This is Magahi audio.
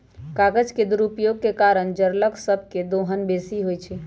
कागज के दुरुपयोग के कारण जङगल सभ के दोहन बेशी होइ छइ